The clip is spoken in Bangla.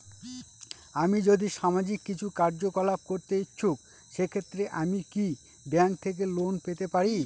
আমি যদি সামাজিক কিছু কার্যকলাপ করতে ইচ্ছুক সেক্ষেত্রে আমি কি ব্যাংক থেকে লোন পেতে পারি?